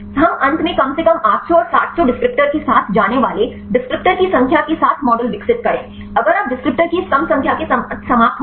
हम अंत में कम से कम 800 और 700 डिस्क्रिप्टर के साथ जाने वाले डिस्क्रिप्टर की संख्या के साथ मॉडल विकसित करें अगर आप डिस्क्रिप्टर की इस कम संख्या के साथ समाप्त हो गए